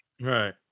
right